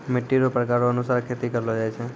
मिट्टी रो प्रकार रो अनुसार खेती करलो जाय छै